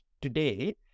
today